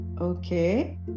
Okay